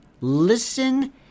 Listen